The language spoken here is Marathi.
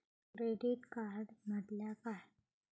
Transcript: क्रेडिट कार्ड म्हटल्या काय?